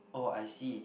oh I see